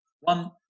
One